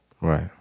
Right